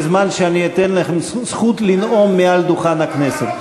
שיממשו את הזכות הזאת בזמן שאני אתן להם זכות לנאום מעל דוכן הכנסת.